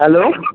hello